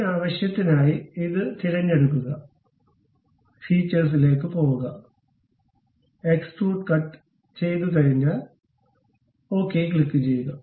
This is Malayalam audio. ഈ ആവശ്യത്തിനായി ഇത് തിരഞ്ഞെടുക്കുക ഫീച്ചേഴ്സിലേക്ക് പോകുക എക്സ്ട്രൂഡ് കട്ട് ചെയ്തുകഴിഞ്ഞാൽ ഓക്കേ ക്ലിക്കുചെയ്യുക